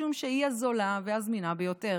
משום שהיא הזולה והזמינה ביותר.